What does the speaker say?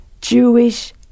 Jewish